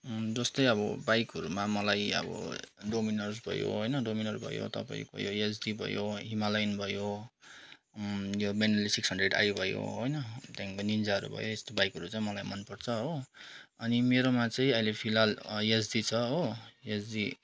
जस्तै अब बाइकहरूमा मलाई अब डोमिनर भयो होइन डोमिनर भयो तपाईँको काल्की भयो हिमालयन भयो त्यो बेनेली सिक्स हन्ड्रेड आइ भयो होइन त्यहाँदेखिको निन्जाहरू भयो यस्तो बाइकहरू चाहिँ मलाई मनपर्छ हो अनि मेरोमा चाहिँ अहिले फिलहाल एसडी छ हो एसडी